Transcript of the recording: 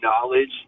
knowledge